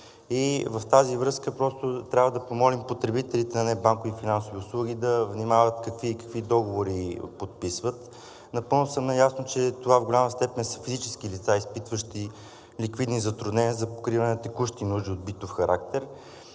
В тази връзка просто трябва да помолим потребителите на небанкови финансови услуги да внимават какви договори подписват. Напълно съм наясно, че това в голяма степен са физически лица, изпитващи ликвидни затруднения за покриване на текущи нужди от битов характер.